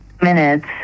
Minutes